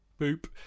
Boop